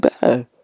bad